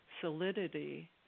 solidity